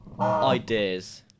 ideas